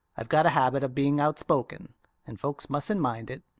i've got a habit of being outspoken and folks mustn't mind it.